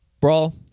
Brawl